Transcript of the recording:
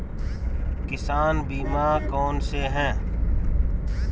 किसान बीमा कौनसे हैं?